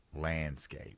landscape